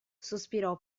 sospirò